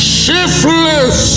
shiftless